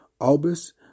Albus